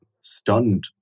stunned